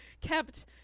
kept